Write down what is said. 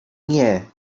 nie